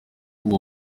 uwo